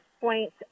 point